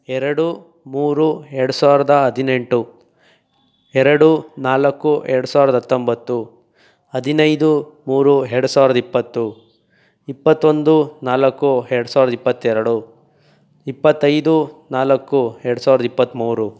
ಎರಡು ಮೂರು ಎರಡು ಸಾವಿರ್ದ ಹದಿನೆಂಟು ಎರಡು ನಾಲ್ಕು ಎಎರಡು ಸಾವಿರ್ದ ಹತ್ತೊಂಬತ್ತು ಹದಿನೈದು ಮೂರು ಎರಡು ಸಾವಿರ್ದ ಇಪ್ಪತ್ತು ಇಪ್ಪತ್ತೊಂದು ನಾಲ್ಕು ಎರಡು ಸಾವಿರ್ದ ಇಪ್ಪತ್ತೆರಡು ಇಪ್ಪತ್ತೈದು ನಾಲ್ಕು ಎರಡು ಸಾವಿರ್ದ ಇಪ್ಪತ್ತ್ಮೂರು